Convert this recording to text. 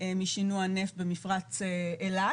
משינוע נפט במפרץ אילת